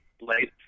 late